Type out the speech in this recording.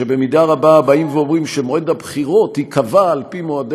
שבמידה רבה באים ואומרים שמועד הבחירות ייקבע על פי מועדי